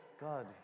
God